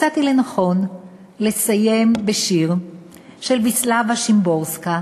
מצאתי לנכון לסיים בשיר של ויסלבה שימבורסקה,